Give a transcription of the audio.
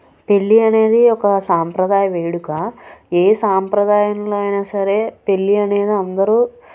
పెళ్లి అనేది ఒక సాంప్రదాయ వేడుక ఏ సాంప్రదాయంలో అయినా సరే పెళ్లి అనేది అందరూ